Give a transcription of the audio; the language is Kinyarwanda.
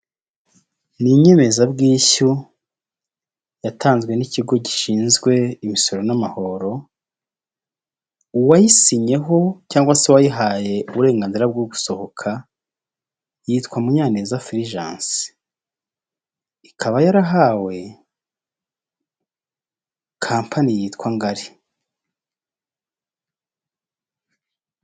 Abantu b'ingeri zitandukanye barahagaze bari kwifotoza harimo; umugore, harimo umukobwa, ndetse abasigaye n'abagabo bambaye amakositimu. Inyuma yabo hari icyapa cy'ikigo cy'igihugu cy'ubwisungane mu kwivuza.